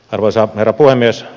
arvoisa herra puhemies